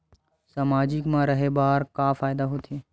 सामाजिक मा रहे बार का फ़ायदा होथे?